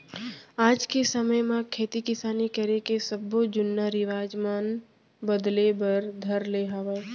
आज के समे म खेती किसानी करे के सब्बो जुन्ना रिवाज मन बदले बर धर ले हवय